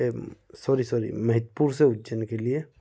sorry sorry Mahipur से उज्जैन के लिए